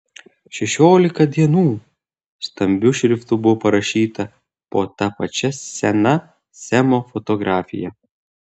šešiolika dienų stambiu šriftu buvo parašyta po ta pačia sena semo fotografija